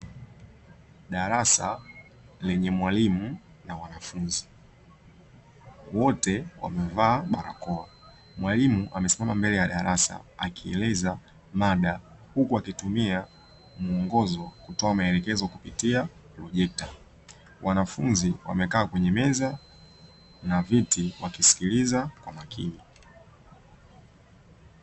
Darasa lenye mwalimu na wanafunzi, wote wamevaa barakoa mwalimu amesimama mbele ya darasa akieleza mada huku akitumia mwongozo kutoa maelekezo kupitia projekta. Wanafunzi wamekaa kwenye meza na viti wakisikiliza kwa makini.